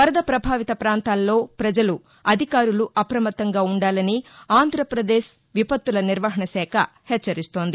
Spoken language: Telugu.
వరద పభావిత పాంతాల్లో పజలు అధికారులు అపమత్తంగా ఉండాలని ఆంధ్రపదేశ్ విపత్తుల నిర్వహణశాఖ హెచ్చరిస్తోంది